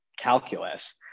calculus